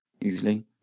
usually